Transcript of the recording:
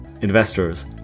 investors